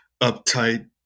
uptight